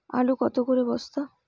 আলু কত করে বস্তা?